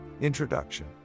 Introduction